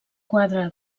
quadre